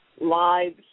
lives